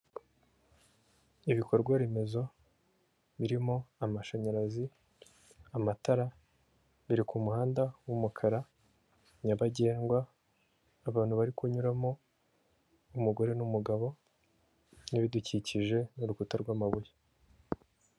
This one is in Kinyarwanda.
Ibikorwa remezo birimo amashanyarazi, amatara biri ku muhanda w'umukara nyabagendwa, abantu bari kunyuramo, umugore n'umugabo n'ibidukikije n'urukuta rw'amabuye.